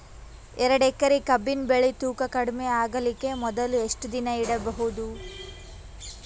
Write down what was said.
ಎರಡೇಕರಿ ಕಬ್ಬಿನ್ ಬೆಳಿ ತೂಕ ಕಡಿಮೆ ಆಗಲಿಕ ಮೊದಲು ಎಷ್ಟ ದಿನ ಇಡಬಹುದು?